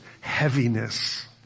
heaviness